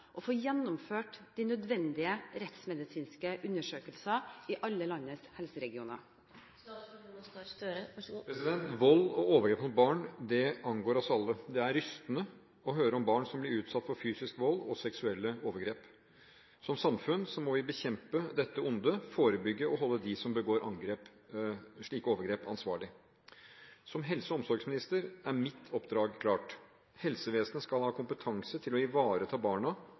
og seksuelle overgrep i Norge, sikres nødvendig hjelp når behovet er der, møter kompetent fagpersonale og får gjennomført de nødvendige rettsmedisinske undersøkelser i alle landets helseregioner?» Vold og overgrep mot barn angår oss alle. Det er rystende å høre om barn som blir utsatt for fysisk vold og seksuelle overgrep. Som samfunn må vi bekjempe dette ondet – forebygge og holde dem som begår slike overgrep, ansvarlig. Som helse- og omsorgsminister er mitt oppdrag klart: Helsevesenet skal ha kompetanse til å ivareta barna som søker hjelp. Barna